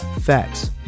facts